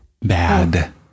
Bad